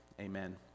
amen